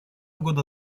года